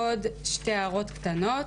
עוד שתי הערות קטנות.